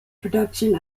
production